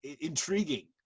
intriguing